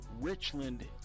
Richland